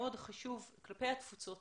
מאוד חשוב כלפי התפוצות